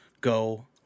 go